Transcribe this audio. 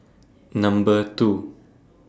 Number two